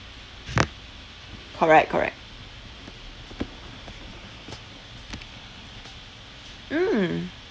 correct correct mm